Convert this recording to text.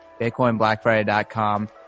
BitcoinBlackFriday.com